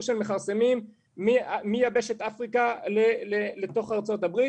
של מכרסמים מיבשת אפריקה לארצות הברית.